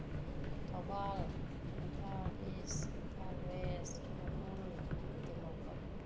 Thoubal Imphal is Imphal was Ukhrul Tengnoupal